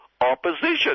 opposition